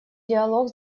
диалог